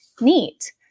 neat